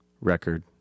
record